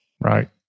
Right